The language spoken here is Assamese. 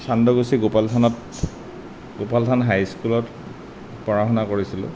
খান্দকুছি গোপালথানত গোপাল থান হাইস্কুলত পঢ়া শুনা কৰিছিলোঁ